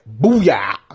Booyah